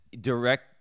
direct